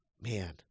man